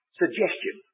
suggestion